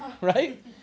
right